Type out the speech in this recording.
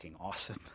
awesome